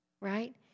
right